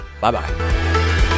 Bye-bye